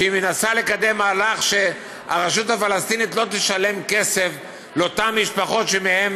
שמנסה לקדם מהלך שהרשות הפלסטינית לא תשלם כסף לאותן משפחות שמהן